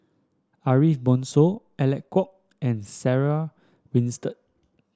Ariff Bongso Alec Kuok and Sarah Winstedt